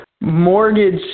mortgage